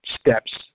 steps